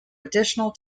additional